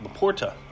Laporta